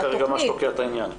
זה כרגע מה שתוקע את העניין.